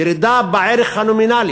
ירידה בערך הנומינלי